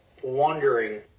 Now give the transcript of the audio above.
wondering